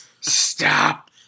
stop